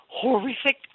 horrific